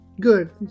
good